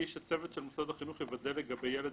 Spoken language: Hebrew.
איש הצוות של מוסד החינוך יוודא לגבי ילד